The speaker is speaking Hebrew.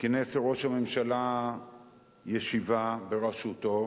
כינס ראש הממשלה ישיבה בראשותו